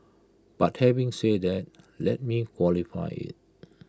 but having said that let me qualify IT